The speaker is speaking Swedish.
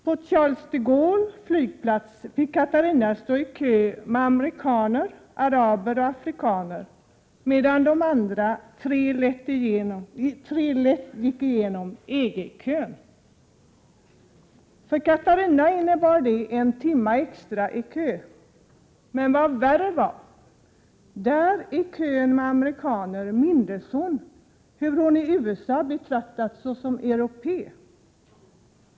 På Charles de Gaulle-flygplatsen fick Katarina stå i kön med amerikaner, araber och afrikaner, medan de andra tre lätt gick igenom EG-kön. För Katarina innebar det en timme extra i kö. Men värre var att hon i kön med amerikaner mindes hur hon i USA betraktats som europé.